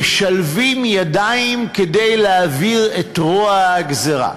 משלבים ידיים כדי להעביר את רוע הגזירה.